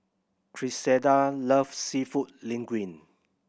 Griselda loves Seafood Linguine